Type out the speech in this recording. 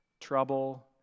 Trouble